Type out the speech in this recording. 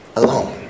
alone